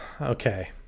Okay